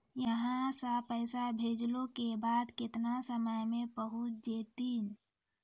यहां सा पैसा भेजलो के बाद केतना समय मे पहुंच जैतीन?